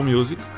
Music